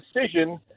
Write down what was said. decision